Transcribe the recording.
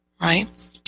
Right